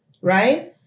right